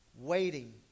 Waiting